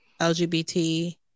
LGBT